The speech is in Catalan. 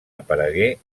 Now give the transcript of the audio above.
aparegué